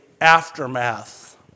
aftermath